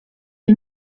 est